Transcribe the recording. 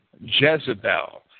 Jezebel